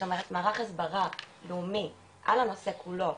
זאת אומרת מערך הסברה לאומי על הנושא כולו,